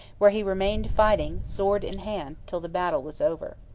where he remained fighting, sword in hand, till the battle was over.